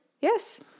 Yes